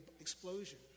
explosion